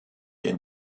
den